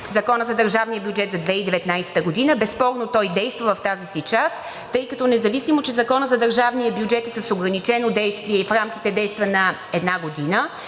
Законът за държавния бюджет за 2019 г., безспорно той действа в тази си част, тъй като независимо че Законът за държавния бюджет е с ограничено действие и действа в рамките на една година,